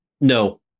No